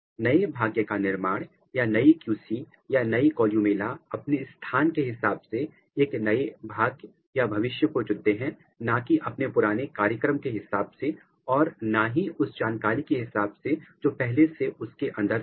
नए भाग्य का निर्धारण या नई QC या नई कॉलयूमेला अपने स्थान के हिसाब से एक नए भाग्य भविष्य को चुनते हैं ना कि अपने पुराने कार्यक्रम के हिसाब से और ना ही उस जानकारी के हिसाब से जो पहले से उसके अंदर थी